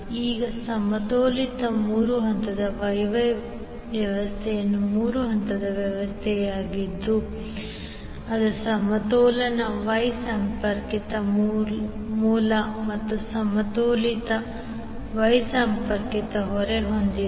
ಈಗ ಸಮತೋಲಿತ ಮೂರು ಹಂತದ Y Y ವ್ಯವಸ್ಥೆಯು ಮೂರು ಹಂತದ ವ್ಯವಸ್ಥೆಯಾಗಿದ್ದು ಅದು ಸಮತೋಲನ Y ಸಂಪರ್ಕಿತ ಮೂಲ ಮತ್ತು ಸಮತೋಲಿತ Y ಸಂಪರ್ಕಿತ ಹೊರೆ ಹೊಂದಿದೆ